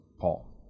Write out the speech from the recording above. Paul